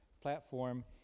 platform